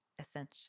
essential